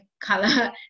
color